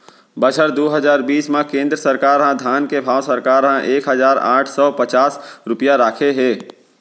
बछर दू हजार बीस म केंद्र सरकार ह धान के भाव सरकार ह एक हजार आठ सव पचास रूपिया राखे हे